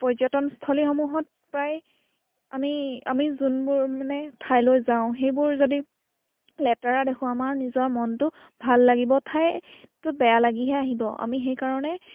পৰ্যটনস্থলীসমূহত প্ৰায় আমি আমি যোনবোৰ মানে ঠাইলৈ যাওঁ সেইবোৰ যদি লেতেৰা দেখোঁ আমাৰ নিজৰ মনটো ভাল লাগিব ঠাইত বেয়া লাগিহে আহিব আমি সেইকাৰণে